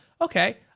okay